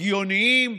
הגיוניים,